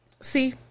See